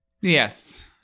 Yes